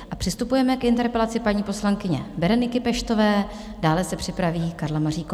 A přistupujeme k interpelaci paní poslankyně Bereniky Peštové, dále se připraví Karla Maříková.